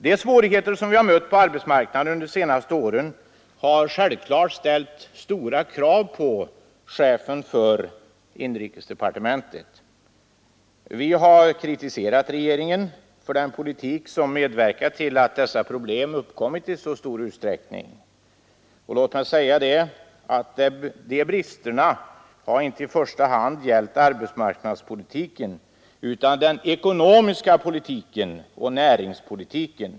De svårigheter som vi har mött på arbetsmarknaden under de senaste åren har självklart ställt stora krav på chefen för inrikesdepartementet. Vi har kritiserat regeringen för den politik som medverkat till att dessa problem uppkommit i så stor utsträckning. Låt mig säga att de bristerna inte i första hand gällt arbetsmarknadspolitiken utan den ekonomiska politiken och näringspolitiken.